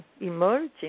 emerging